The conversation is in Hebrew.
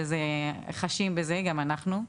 אז חשים בזה גם אנחנו.